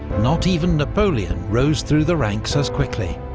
not even napoleon rose through the ranks as quickly.